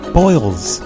boils